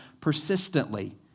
persistently